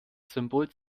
symbol